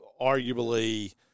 arguably